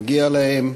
מגיע להם.